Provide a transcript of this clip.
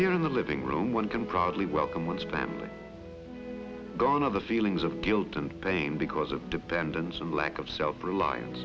here in the living room one can proudly welcome one's family gone other feelings of guilt and pain because of dependence and lack of self relian